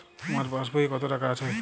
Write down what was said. আমার পাসবই এ কত টাকা আছে?